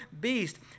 beast